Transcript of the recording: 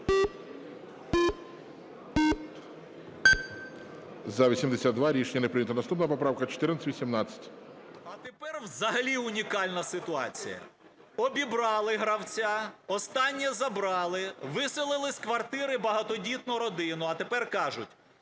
За-82 Рішення не прийнято. Наступна поправка 1418. 14:44:40 СОБОЛЄВ С.В. А тепер взагалі унікальна ситуація. Обібрали гравця. Останнє забрали. Виселили з квартири багатодітну родину. А тепер кажуть,